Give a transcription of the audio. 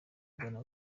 ghana